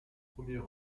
premier